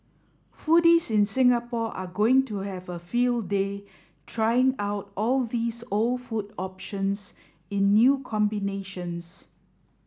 foodies in Singapore are going to have a field day trying out all these old food options in new combinations